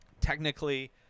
technically